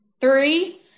three